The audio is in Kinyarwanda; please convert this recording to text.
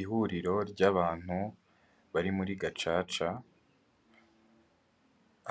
Ihuriro ry'abantu bari muri gacaca